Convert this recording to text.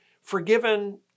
forgiven